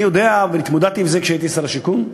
אני יודע, והתמודדתי עם זה כשהייתי שר השיכון.